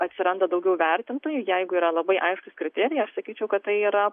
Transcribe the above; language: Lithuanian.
atsiranda daugiau vertintojų jeigu yra labai aiškūs kriterijai aš sakyčiau kad tai yra